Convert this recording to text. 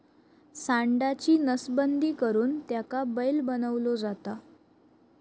सांडाची नसबंदी करुन त्याका बैल बनवलो जाता